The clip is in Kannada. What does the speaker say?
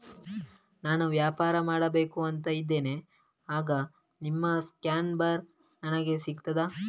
ನಾನು ವ್ಯಾಪಾರ ಮಾಡಬೇಕು ಅಂತ ಇದ್ದೇನೆ, ಆಗ ನಿಮ್ಮ ಸ್ಕ್ಯಾನ್ ಬಾರ್ ನನಗೆ ಸಿಗ್ತದಾ?